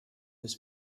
des